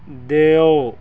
ਦਿਓ